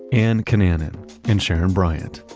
ann connana and sharon bryant.